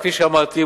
כפי שאמרתי,